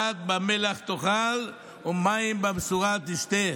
פת במלח תאכל ומים במשורה תשתה.